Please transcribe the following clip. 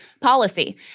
policy